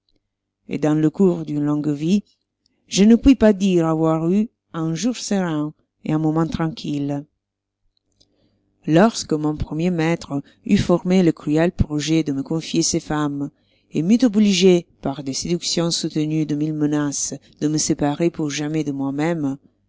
et dans le cours d'une longue vie je ne puis pas dire avoir eu un jour serein et un moment tranquille lorsque mon premier maître eut formé le cruel projet de me confier ses femmes et m'eut obligé par des séductions soutenues de mille menaces de me séparer pour jamais de moi-même